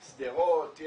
שדרות.